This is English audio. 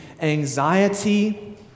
anxiety